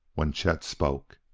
when chet spoke.